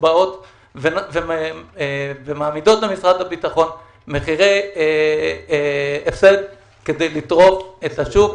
באות ומעמידות למשרד הביטחון מחירי הפסד כדי לטרוף את השוק,